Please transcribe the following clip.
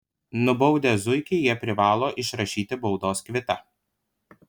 nubaudę zuikį jie privalo išrašyti baudos kvitą